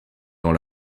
dans